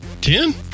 Ten